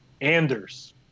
Anders